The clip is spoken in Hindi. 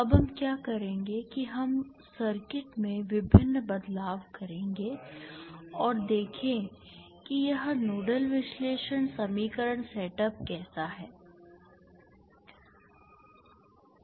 अब हम क्या करेंगे कि हम सर्किट में विभिन्न बदलाव करेंगे और देखें कि यह नोडल विश्लेषण समीकरण सेटअप कैसा है प्रभावित